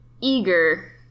eager